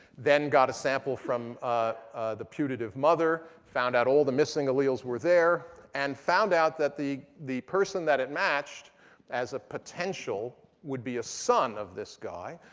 then got a sample from the putative mother, found out all the missing alleles were there, and found out that the the person that it matched as a potential would be a son of this guy.